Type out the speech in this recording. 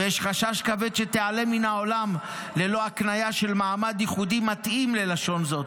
ויש חשש כבד שתיעלם מן העולם ללא הקניה של מעמד ייחודי מתאים ללשון זו.